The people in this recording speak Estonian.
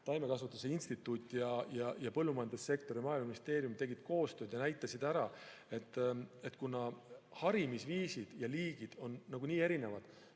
taimekasvatuse instituut, põllumajandussektor ja Maaeluministeerium tegid koostööd ja näitasid ära, et kuna harimise viisid ja liigid on nagunii erinevad,